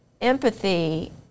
empathy